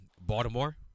Baltimore